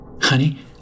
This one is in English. Honey